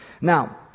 Now